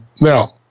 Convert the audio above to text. Now